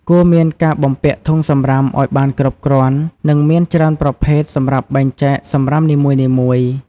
គួរមានការបំពាក់ធុងសំរាមឱ្យបានគ្រប់គ្រាន់ និងមានច្រើនប្រភេទសម្រាប់បែងចែកសំរាមនីមួយៗ។